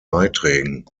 beiträgen